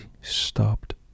stopped